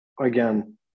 again